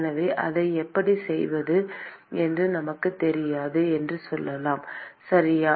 எனவே அதை எப்படி செய்வது என்று நமக்குத் தெரியும் என்று சொல்லலாம் சரியா